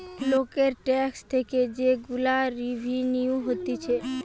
লোকের ট্যাক্স থেকে যে গুলা রেভিনিউ হতিছে